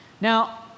Now